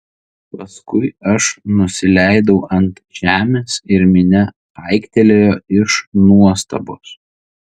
paskui aš nusileidau ant žemės ir minia aiktelėjo iš nuostabos